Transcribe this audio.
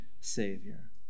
Savior